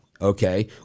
okay